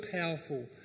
powerful